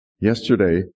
Yesterday